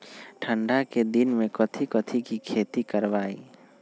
ठंडा के दिन में कथी कथी की खेती करवाई?